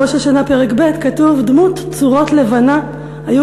ראש השנה פרק ב': "דמות צורות לבנות היו